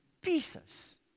pieces